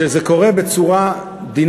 ראיתי שכשזה קורה בצורה דינמית,